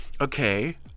Okay